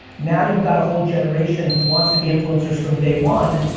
now you've got a whole generation who wants to be influencers from day one,